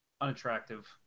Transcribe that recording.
unattractive